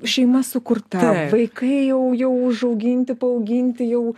šeima sukurta vaikai jau jau užauginti paauginti jau